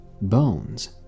bones